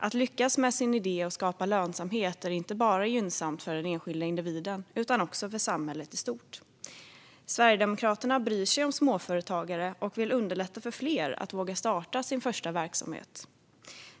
Att lyckas med sin idé och skapa lönsamhet är inte bara gynnsamt för den enskilda individen utan också för samhället i stort. Sverigedemokraterna bryr sig om småföretagare och vill underlätta för fler att våga starta sin första verksamhet.